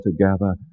together